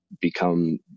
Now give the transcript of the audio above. become